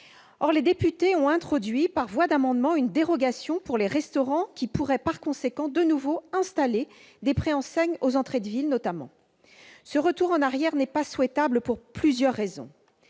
Or les députés ont introduit par voie d'amendement une dérogation pour les restaurants, qui pourraient par conséquent de nouveau installer des préenseignes, aux entrées de ville notamment. Ce retour en arrière n'est pas souhaitable pour plusieurs raisons.